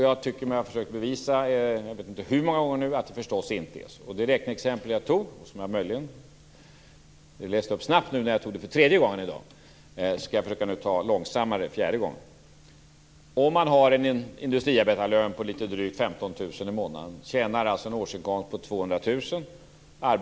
Jag tycker mig ha försökt bevisa, jag vet inte hur många gånger nu, att det förstås inte är så. Det räkneexempel jag tog, och som jag möjligen läste upp snabbt när jag tog det för tredje gången i dag, skall jag nu försöka ta långsammare den fjärde gången: Om man har en industriarbetarlön på litet drygt 15 000 kr i månaden har man alltså en årsinkomst på 200 000 kr.